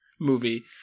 movie